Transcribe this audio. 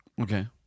Okay